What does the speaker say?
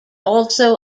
also